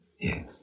Yes